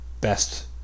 best